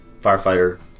Firefighter